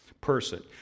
person